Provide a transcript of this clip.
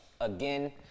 again